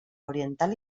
oriental